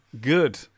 good